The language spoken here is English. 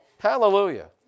Hallelujah